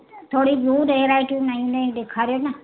थोरी ॿियूं वेराइटियूं नयूं नयूं ॾेखारियो न